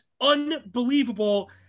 unbelievable